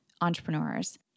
entrepreneurs